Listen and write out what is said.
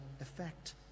effect